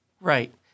Right